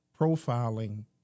profiling